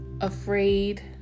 afraid